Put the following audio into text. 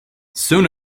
soon